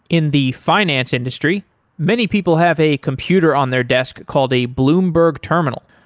in the finance industry many people have a computer on their desk called a bloomberg terminal.